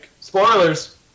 Spoilers